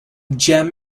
gem